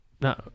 No